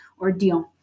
ordeal